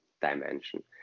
dimension